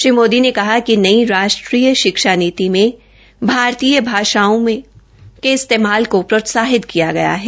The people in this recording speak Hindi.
श्री मोदी ने कहा कि नई राष्ट्रीय शिक्षा नीति मे भारतीय भाषाओं के इस्तेमाल को प्रोत्साहित किया गया है